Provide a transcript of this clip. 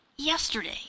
yesterday